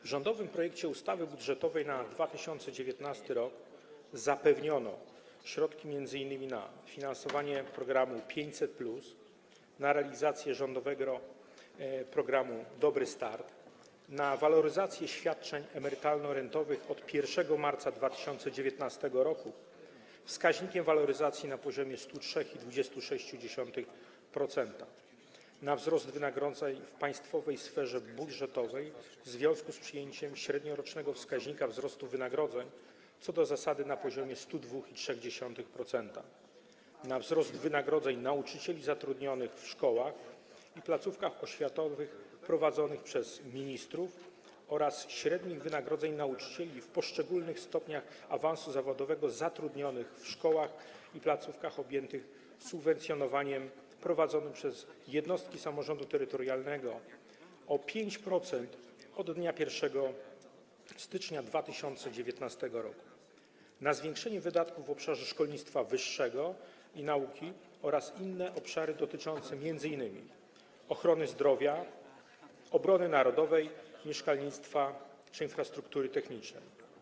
W rządowym projekcie ustawy budżetowej na 2019 r. zapewniono środki m.in. na finansowanie programu 500+, na realizację rządowego programu „Dobry start”, na waloryzację świadczeń emerytalno-rentowych od 1 marca 2019 r. wskaźnikiem waloryzacji na poziomie 103,26%, na wzrost wynagrodzeń w państwowej sferze budżetowej w związku z przyjęciem średniorocznego wskaźnika wzrostu wynagrodzeń co do zasady na poziomie 102,3%, na wzrost wynagrodzeń nauczycieli zatrudnionych w szkołach i placówkach oświatowych prowadzonych przez ministrów oraz średnich wynagrodzeń nauczycieli na poszczególnych stopniach awansu zawodowego zatrudnionych w szkołach i placówkach objętych subwencjonowaniem prowadzonym przez jednostki samorządu terytorialnego o 5% od dnia 1 stycznia 2019 r., na zwiększenie wydatków w obszarze szkolnictwa wyższego i nauki oraz inne obszary dotyczące m.in. ochrony zdrowia, obrony narodowej, mieszkalnictwa czy infrastruktury technicznej.